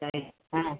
ಸರಿ ಹಾಂ